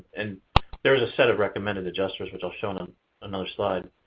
and there's a set of recommended adjustors, which i'll show on um another slide.